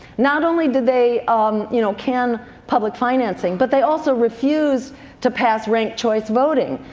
not only did they um you know can public financing, but they also refused to pass ranked choice voting,